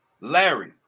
Larry